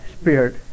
spirit